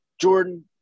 Jordan